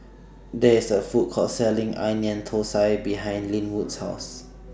There IS A Food Court Selling Onion Thosai behind Lynwood's House